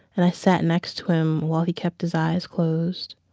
and i sat next to him while he kept his eyes closed.